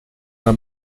una